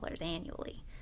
annually